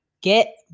Get